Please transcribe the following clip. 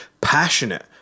passionate